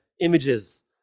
images